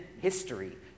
history